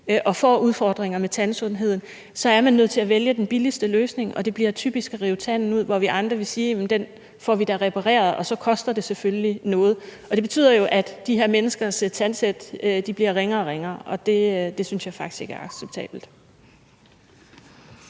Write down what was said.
og får udfordringer med tandsundheden, så er man nødt til at vælge den billigste løsning, og det bliver typisk at rive tanden ud, hvor vi andre vil sige, at den får vi da repareret, og så koster det selvfølgelige noget. Det betyder jo, at de her menneskers tandsæt bliver ringere og ringere, og det synes jeg faktisk ikke er acceptabelt.